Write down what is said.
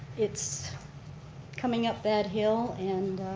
it's coming up that hill, and